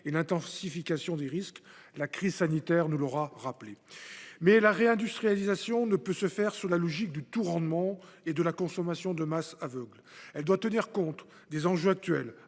et à l’intensification des risques. La crise sanitaire nous l’aura rappelé. La réindustrialisation ne peut se faire selon la logique du « tout rendement » et de la consommation de masse aveugle. Elle doit tenir compte des enjeux actuels,